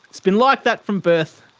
it's been like that from birth.